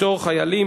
(פטור חיילים,